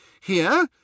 Here